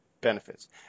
benefits